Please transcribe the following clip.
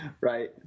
Right